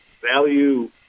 value